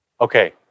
Okay